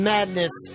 Madness